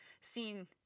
seen